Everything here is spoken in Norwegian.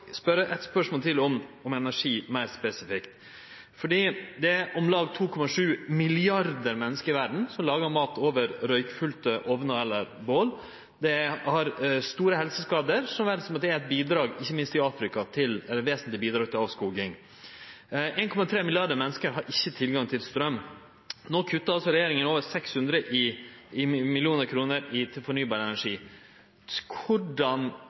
spørsmål til, om energi meir spesifikt. Det er om lag 2,7 milliardar menneske i verda som lagar mat over røykfylte omnar eller bål. Det gjev store helseskadar, så vel som at det er eit vesentleg bidrag, ikkje minst i Afrika, til avskoging. 1,3 milliardar menneske har ikkje tilgang til straum. No kuttar altså regjeringa over 600 mill. kr til fornybar energi. Korleis